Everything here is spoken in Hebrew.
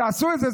תעשו את זה.